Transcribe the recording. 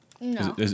No